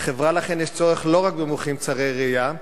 לחברה יש צורך לא רק במומחים צרי ראייה,